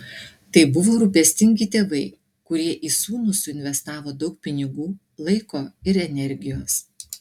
tai buvo rūpestingi tėvai kurie į sūnų suinvestavo daug pinigų laiko ir energijos